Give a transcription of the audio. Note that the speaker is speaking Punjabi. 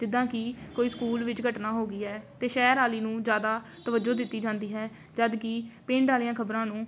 ਜਿੱਦਾਂ ਕਿ ਕੋਈ ਸਕੂਲ ਵਿੱਚ ਘਟਨਾ ਹੋ ਗਈ ਹੈ ਅਤੇ ਸ਼ਹਿਰ ਵਾਲੀ ਨੂੰ ਜ਼ਿਆਦਾ ਤਵੱਜੋ ਦਿੱਤੀ ਜਾਂਦੀ ਹੈ ਜਦੋਂ ਕਿ ਪਿੰਡ ਵਾਲੀਆਂ ਖ਼ਬਰਾਂ ਨੂੰ